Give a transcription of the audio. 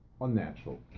unnatural